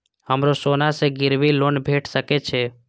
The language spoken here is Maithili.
हमरो सोना से गिरबी लोन भेट सके छे?